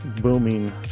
booming